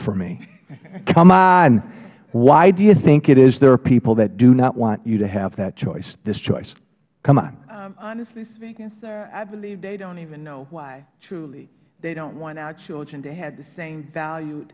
for me come on why do you think it is there are people that do not want you to have that choice this choice come on ms jackson honestly speaking sir i believe they don't even know why truly they don't want our children to have the same value